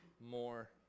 more